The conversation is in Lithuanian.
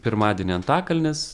pirmadienį antakalnis